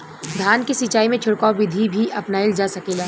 धान के सिचाई में छिड़काव बिधि भी अपनाइल जा सकेला?